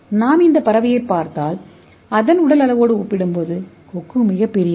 நாம் பறவையைப் பார்த்தால் அதன் உடல் அளவோடு ஒப்பிடும்போது கொக்கு மிகப் பெரியது